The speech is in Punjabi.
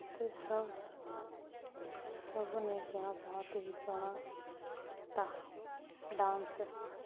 ਅਤੇ ਸਭ ਸਭ ਨੇ ਕਿਹਾ ਬਹੁਤ ਹੀ ਸੋਹਣਾ ਕੀਤਾ ਡਾਂਸ